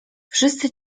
wszyscy